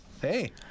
Hey